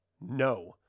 no